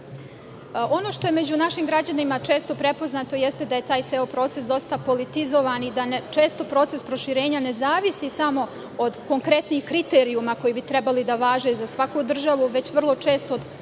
što je među našim građanima često prepoznato, jeste da je taj ceo proces dosta politizovan i da, često, proces proširenja ne zavisi samo od konkretnih kriterijuma koji bi trebali da važe za svaku državu, već, vrlo često,